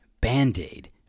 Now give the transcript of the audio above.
Band-Aid